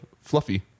Fluffy